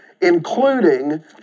including